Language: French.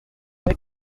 avec